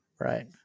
right